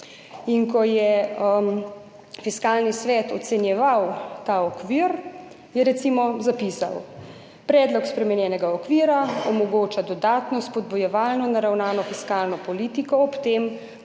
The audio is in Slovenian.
In ko je Fiskalni svet ocenjeval ta okvir, je recimo zapisal: »Predlog spremenjenega okvira omogoča dodatno spodbujevalno naravnano fiskalno politiko ob tem,